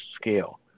scale